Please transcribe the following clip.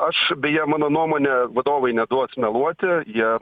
aš beje mano nuomone vadovai neduos meluoti jie